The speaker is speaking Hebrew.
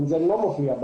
ה-בנזן לא מופיע.